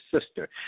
sister